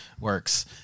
works